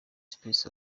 sepetu